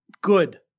Good